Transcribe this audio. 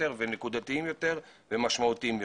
נקודתיים ומשמעותיים יותר.